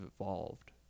evolved